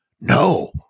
no